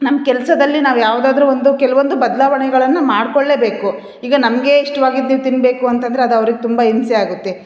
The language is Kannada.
ನಮ್ಮ ಕೆಲಸದಲ್ಲಿ ನಾವು ಯಾವುದಾದ್ರು ಒಂದು ಕೆಲವೊಂದು ಬದಲಾವಣೆಗಳನ್ನ ಮಾಡಿಕೊಳ್ಳೆಬೇಕು ಈಗ ನಮಗೆ ಇಷ್ಟ್ವಾಗಿದ್ದು ನೀವು ತಿನ್ನಬೇಕು ಅಂತಂದರೆ ಅದು ಅವ್ರಿಗೆ ತುಂಬ ಹಿಂಸೆ ಆಗುತ್ತೆ